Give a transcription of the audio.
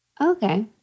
Okay